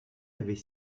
avait